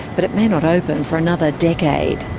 but it may not open for another decade.